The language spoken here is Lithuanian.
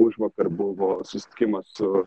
užvakar buvo susitikimas su